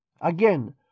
Again